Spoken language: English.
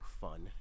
fun